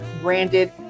branded